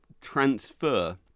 transfer